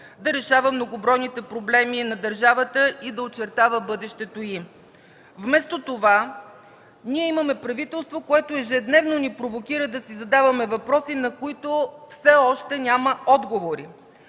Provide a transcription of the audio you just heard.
да решава многобройните проблеми на държавата и да очертава бъдещето й? Вместо това имаме правителство, което ежедневно ни провокира да си задаваме въпроси, на които все още няма отговори.